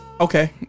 Okay